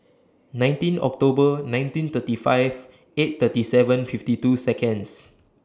nineteen October nineteen thirty five eight thirty seven fifty two Seconds